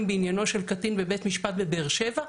בעניינו של קטין בבית משפט בבאר-שבע.